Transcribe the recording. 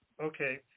Okay